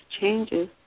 changes